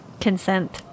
Consent